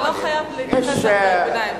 אתה לא חייב להתייחס לקריאות ביניים,